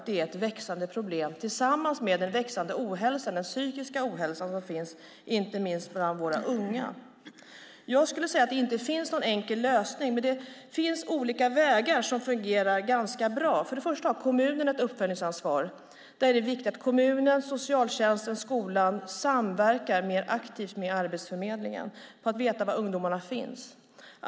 Det är ett växande problem, tillsammans med den psykiska ohälsan inte minst bland våra unga. Det finns inte någon enkel lösning. Det finns olika vägar som fungerar bra. Först och främst har kommunen ett uppföljningsansvar. Det är viktigt att kommunen, socialtjänsten och skolan samverkar mer aktivt med Arbetsförmedlingen för att veta var ungdomarna finns.